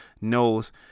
knows